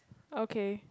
okay